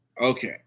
Okay